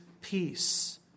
peace